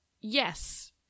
Yes